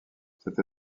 cette